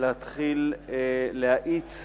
להתחיל להאיץ